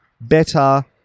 better